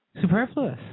superfluous